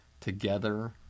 Together